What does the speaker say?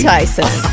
Tyson